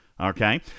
Okay